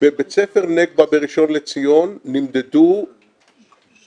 בבית ספר נגבה בראשון לציון נמדדו בערך